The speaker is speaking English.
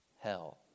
hell